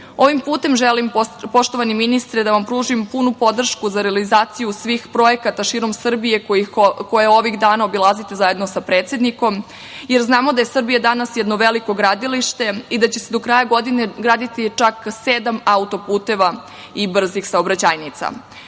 putem želim, poštovani ministre, da vam pružim punu podršku za realizaciju svih projekata širom Srbije koje ovih dana obilazite zajedno sa predsednikom, jer znamo da je Srbija danas jedno veliko gradilište i da će se do kraja godine graditi čak sedam auto-puteva i brzih saobraćajnica.U